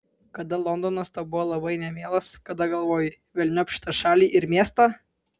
kada londonas tau buvo labai nemielas kada galvojai velniop šitą šalį ir miestą